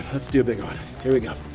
let's do a big one. here we go.